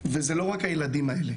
וזה לא רק הילדים האלה